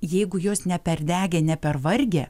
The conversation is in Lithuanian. jeigu jos neperdegę nepervargę